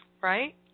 right